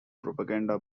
propaganda